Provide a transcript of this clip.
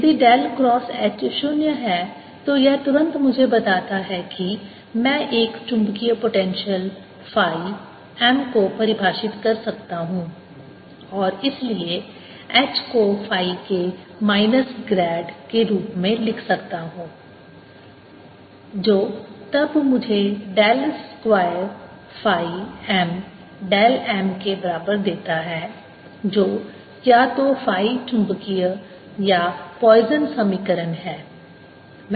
यदि del cross H 0 है तो यह तुरंत मुझे बताता है कि मैं एक चुंबकीय पोटेंशियल फाई M को परिभाषित कर सकता हूं और इसलिए H को फाई के माइनस ग्रैड के रूप में लिख सकता हूं जो तब मुझे del square phi M del M के बराबर देता है जो या तो फाई चुंबकीय का पोइसन समीकरण Poisson's equation है